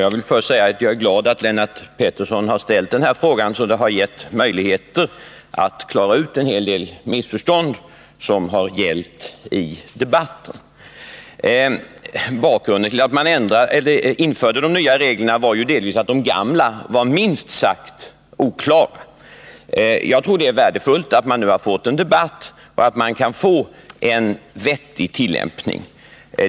Herr talman! Jag är glad att Lennart Pettersson har ställt denna fråga, då det har givit mig möjligheter att klara ut en hel del missförstånd som har förekommit i debatten. Bakgrunden till att man införde de nya sekretessreglerna var delvis att de gamla var minst sagt oklara. Jag tror att det är värdefullt att vi nu har fått en debatt och att vi kan få till stånd en vettig tillämpning av lagen.